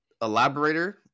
elaborator